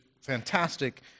fantastic